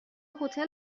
هتل